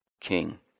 king